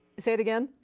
say it again.